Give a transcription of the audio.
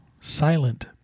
silent